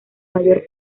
mayor